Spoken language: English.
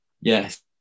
Yes